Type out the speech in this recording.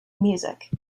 music